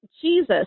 Jesus